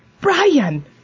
Brian